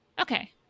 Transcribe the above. Okay